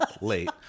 late